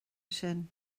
sin